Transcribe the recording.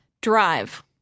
Drive